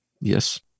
Yes